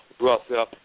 Russell